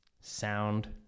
sound